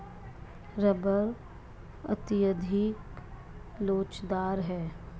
rubber अत्यधिक लोचदार है